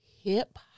hip